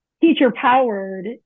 teacher-powered